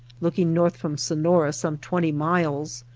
looking north from sonora some twenty miles,